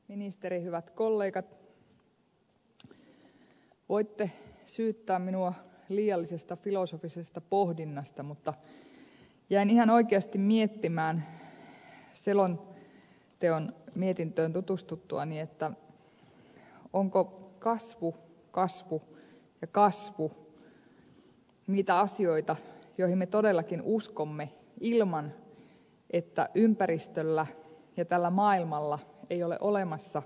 ministeri hyvät kollegat voitte syyttää minua liiallisesta filosofisesta pohdinnasta mutta jäin ihan oikeasti miettimään selonteon mietintöön tutustuttuani onko kasvu kasvu ja kasvu niitä asioita joihin me todellakin uskomme ilman että ympäristöllä ja tällä maailmalla on olemassa kasvun rajoja